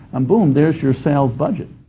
and boom there's your sales budget,